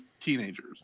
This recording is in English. teenagers